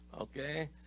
okay